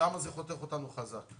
שם זה חותך אותנו חזק.